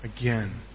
again